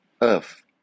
Earth